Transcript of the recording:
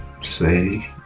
say